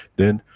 then,